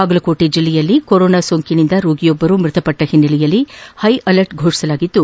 ಬಾಗಲಕೋಟೆ ಜಲ್ಲೆಯಲ್ಲಿ ಕೊರೋನಾ ಸೋಂಕಿನಿಂದ ರೋಗಿಯೊಬ್ಬರು ಮೃತಪಟ್ಟ ಹಿನ್ನೆಲೆಯಲ್ಲಿ ಹೈಅಲರ್ಟ್ ಫೋಷಿಸಲಾಗಿದ್ದು